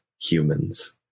humans